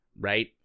Right